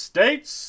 States